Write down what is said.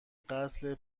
قتل